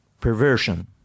perversion